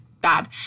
bad